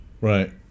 Right